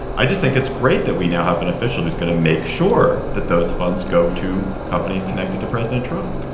i just think it's great that we now have an official who's going to make sure that those funds go to companies connected to president trump.